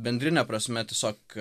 bendrine prasme tiesiog